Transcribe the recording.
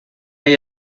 hay